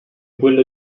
quello